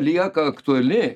lieka aktuali